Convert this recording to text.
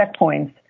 checkpoints